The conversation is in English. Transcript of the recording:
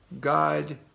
God